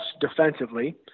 defensively